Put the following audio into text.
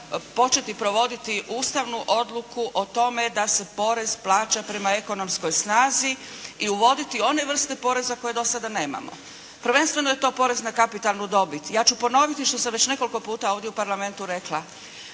početi provoditi ustavnu odluku o tome da se porez plaća prema ekonomskoj snazi i uvoditi one vrste poreza koje do sada nemamo. Prvenstveno je to porez na kapitalnu dobit. Ja ću ponoviti što sam već nekoliko puta ovdje u Parlamentu rekla.